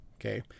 Okay